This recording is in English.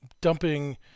dumping